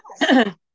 yes